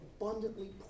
abundantly